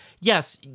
yes